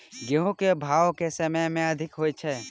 गेंहूँ केँ भाउ केँ समय मे अधिक होइ छै?